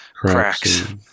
cracks